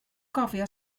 gofio